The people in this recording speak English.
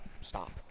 stop